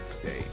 today